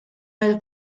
mill